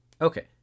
Okay